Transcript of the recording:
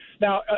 Now